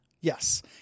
Yes